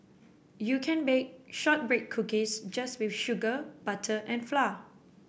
you can bake shortbread cookies just with sugar butter and flour